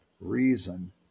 Reason